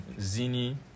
Zini